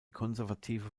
konservative